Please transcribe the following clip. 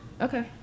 Okay